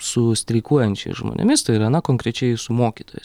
su streikuojančiais žmonėmis tai yra na konkrečiai su mokytojais